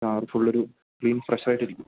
car ഫുള്ളൊരു clean ഫ്രഷായിട്ടിരിക്കും